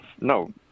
No